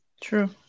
true